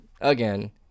again